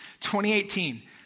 2018